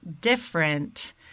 different